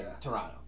Toronto